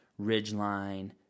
Ridgeline